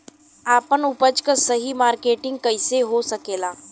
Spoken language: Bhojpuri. आपन उपज क सही मार्केटिंग कइसे हो सकेला?